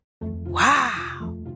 Wow